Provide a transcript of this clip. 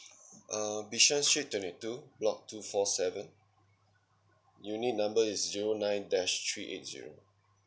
uh bishan street twenty two block two four seven unit number is zero nine dash three eight zero